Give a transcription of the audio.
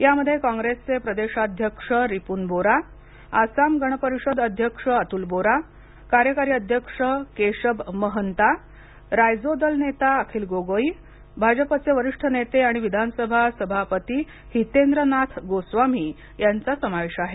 यामध्ये काँग्रेसचे प्रदेशाध्यक्ष रिपून बोराआसाम गण परिषद अध्यक्ष अतुल बोरा कार्यकारी अध्यक्ष केशब महंता रायजो दल नेता अखिल गोगोई भाजपचे वरिष्ठ नेते आणि विधानसभा सभापती हितेन्द्रनाथ गोस्वामी यांचा समावेश आहे